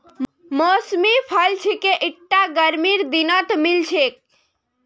मौसमी फल छिके ईटा गर्मीर दिनत मिल छेक